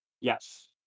Yes